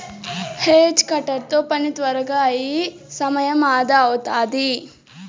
hedge cutter తో పని త్వరగా అయి సమయం అదా అవుతాది